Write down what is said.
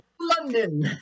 London